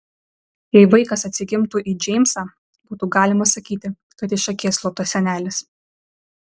jei vaikas atsigimtų į džeimsą būtų galima sakyti kad iš akies luptas senelis